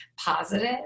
positive